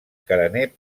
carener